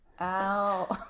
Ow